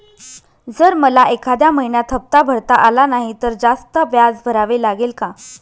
जर मला एखाद्या महिन्यात हफ्ता भरता आला नाही तर जास्त व्याज भरावे लागेल का?